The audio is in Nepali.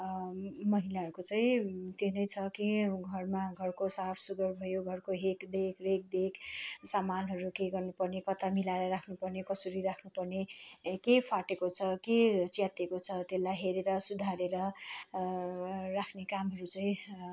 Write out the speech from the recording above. महिलाहरूको चाहिँ त्यो नै छ कि घरमा घरको साफसुग्घर भयो घरको हेरदेख रेखदेख सामानहरू के गर्नुपर्ने कता मिलाएर राख्नुपर्ने कसरी राख्नुपर्ने के फाटेको छ के च्यातिएको छ त्यसलाई हेरेर सुधारेर राख्ने कामहरू चाहिँ